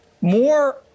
more